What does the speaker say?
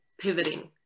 pivoting